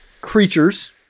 creatures